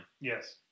Yes